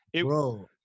bro